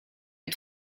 les